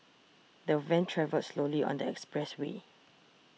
the van travelled slowly on the expressway